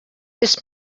ist